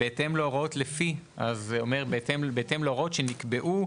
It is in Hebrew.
"בהתאם להוראות לפי" זה אומר בהתאם להוראות שנקבעו.